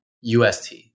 UST